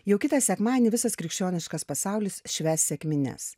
jau kitą sekmadienį visas krikščioniškas pasaulis švęs sekmines